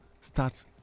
start